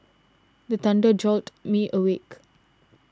the thunder jolt me awake